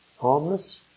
Harmless